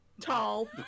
tall